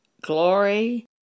glory